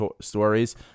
stories